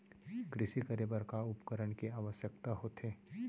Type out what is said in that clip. कृषि करे बर का का उपकरण के आवश्यकता होथे?